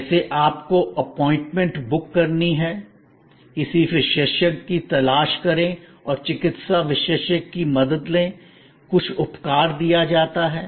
जैसे आपको appointment book करनी है किसी विशेषज्ञ की तलाश करें और चिकित्सा विशेषज्ञ की मदद लें कुछ उपचार दिया जाता है